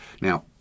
Now